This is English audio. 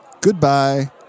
Goodbye